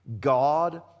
God